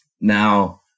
Now